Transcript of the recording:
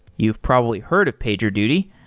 you've probably heard of pagerduty.